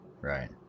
Right